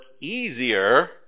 easier